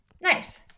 Nice